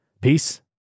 Peace